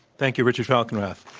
thank you, richard falkenrath.